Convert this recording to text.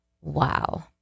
Wow